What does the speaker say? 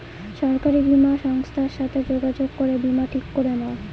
সরকারি বীমা সংস্থার সাথে যোগাযোগ করে বীমা ঠিক করে নাও